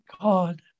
God